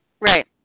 right